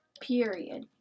period